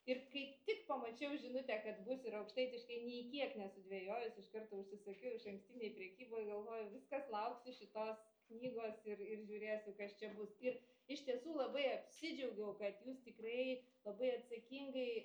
ir kai tik pamačiau žinutę kad bus ir aukštaitiškai nei kiek nesudvejojus iš karto užsisakiau išankstinėj prekyboj galvoju viskas lauksiu šitos knygos ir ir žiūrėsiu kas čia bus ir iš tiesų labai apsidžiaugiau kad jūs tikrai labai atsakingai